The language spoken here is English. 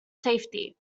safety